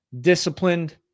disciplined